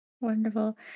Wonderful